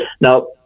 Now